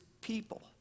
people